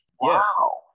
Wow